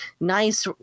nice